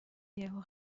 یهو